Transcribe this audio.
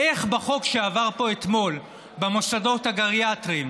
איך בחוק שעבר פה אתמול על המוסדות הגריאטריים,